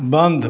बंद